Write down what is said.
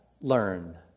learn